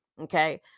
Okay